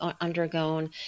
undergone